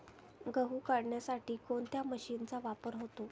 गहू काढण्यासाठी कोणत्या मशीनचा वापर होतो?